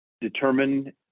determine